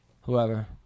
Whoever